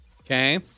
Okay